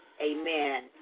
Amen